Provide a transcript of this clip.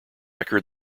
record